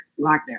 lockdown